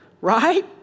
Right